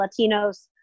Latinos